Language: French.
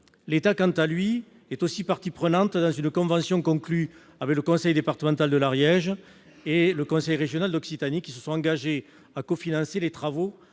L'État, quant à lui, est aussi partie prenante dans une convention conclue avec le conseil départemental de l'Ariège et le conseil régional d'Occitanie qui se sont engagés à cofinancer les travaux,